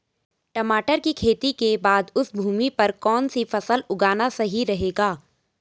टमाटर की खेती के बाद उस भूमि पर कौन सी फसल उगाना सही रहेगा?